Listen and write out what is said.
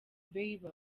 bieber